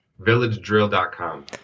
Villagedrill.com